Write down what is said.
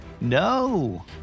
No